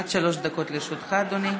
עד שלוש דקות לרשותך, אדוני.